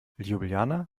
ljubljana